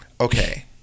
okay